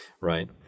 right